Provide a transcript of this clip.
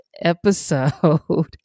episode